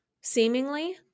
seemingly